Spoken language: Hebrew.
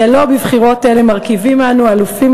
כי הלוא בבחירות אלה מרכיבים אנו אלופים